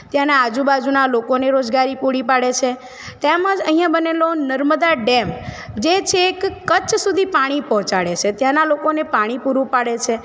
ત્યાંનાં આજુબાજુના લોકોને રોજગારી પૂરી પાડે છે તેમજ અહીંયા બનેલો નર્મદા ડેમ જે છેક કચ્છ સુધી પાણી પહોંચાડે છે ત્યાંનાં લોકોને પાણી પૂરું પાડે છે